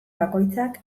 bakoitzak